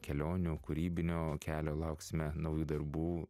kelionių kūrybinio kelio lauksime naujų darbų